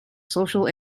social